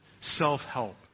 self-help